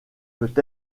peut